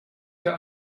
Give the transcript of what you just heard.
für